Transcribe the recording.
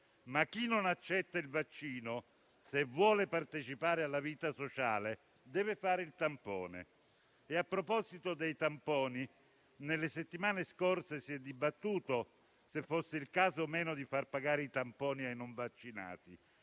Chi non accetta però il vaccino, se vuole partecipare alla vita sociale, deve fare il tampone. A proposito dei tamponi, nelle settimane scorse si è dibattuto se fosse il caso o meno di far pagare i tamponi ai non vaccinati.